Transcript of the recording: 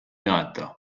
għadda